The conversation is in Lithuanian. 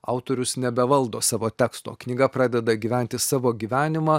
autorius nebevaldo savo teksto knyga pradeda gyventi savo gyvenimą